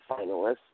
finalists